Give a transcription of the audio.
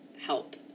help